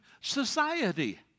society